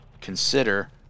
consider